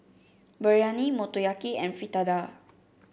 Biryani Motoyaki and Fritada